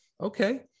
Okay